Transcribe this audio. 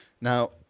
Now